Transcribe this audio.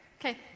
Okay